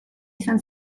izan